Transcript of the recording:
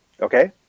okay